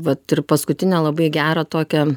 vat ir paskutinę labai gerą tokią